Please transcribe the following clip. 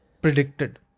...predicted